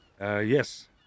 yes